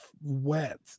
wet